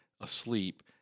asleep